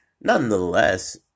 nonetheless